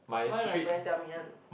why my parent tell me one